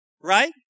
right